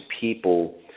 people